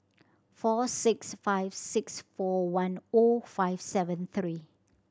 four six five six four one O five seven three